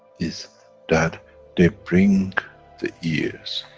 is that they bring the ears,